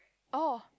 oh